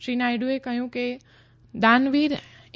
શ્રી નાયડુએ કહ્યું કે દાનવીર ઍ